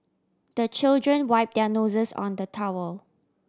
the children wipe their noses on the towel